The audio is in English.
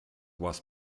was